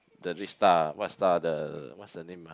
the big star what star the what is the name ah